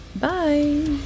Bye